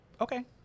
Okay